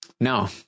no